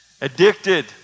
Addicted